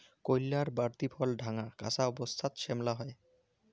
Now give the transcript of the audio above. কইল্লার বাড়তি ফল ঢাঙা, কাঁচা অবস্থাত শ্যামলা হই